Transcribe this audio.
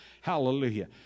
Hallelujah